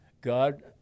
God